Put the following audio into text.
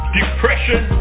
depression